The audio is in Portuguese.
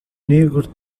negro